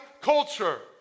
culture